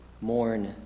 Mourn